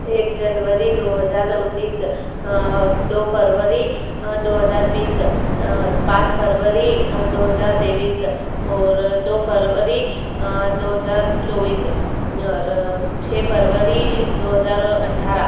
एक जनवरी दो हज़ार उन्नीस दो फ़रवरी दो हज़ार बीस पाँच फ़रवरी दो हज़ार तेईस और दो फ़रवरी दो हज़ार चौबीस और छः फ़रवरी दो हज़ार अट्ठारह